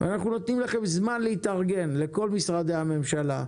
נותנים לכם זמן להתארגן, לכל משרדי הממשלה,